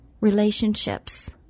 relationships